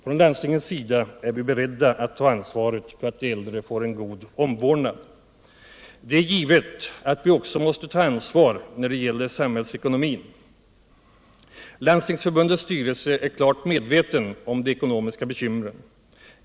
Från landstingens sida är vi beredda att ta ansvaret för att de äldre får en god omvårdnad. Det är givet att vi också måste ta vårt ansvar när det gäller samhällsekonomin. Landstingsförbundets styrelse är klart medveten om de ekonomiska bekymren.